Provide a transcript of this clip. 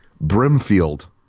Brimfield